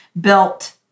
built